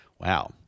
wow